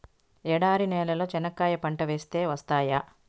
ఎడారి నేలలో చెనక్కాయ పంట వేస్తే వస్తాయా?